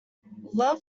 love